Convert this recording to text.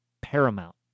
paramount